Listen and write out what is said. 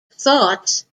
thoughts